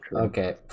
Okay